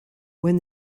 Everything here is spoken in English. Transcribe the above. when